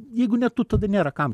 jeigu ne tu tada nėra kam